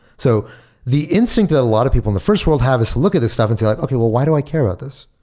so the instinct that a lot of people in the first world have is look at this stuff and say, like okay. well, why do i care about this?